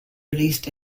released